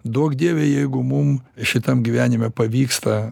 duok dieve jeigu mum šitam gyvenime pavyksta